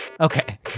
Okay